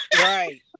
right